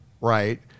right